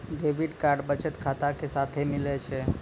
debit card बचत खाता के साथे मिलै छै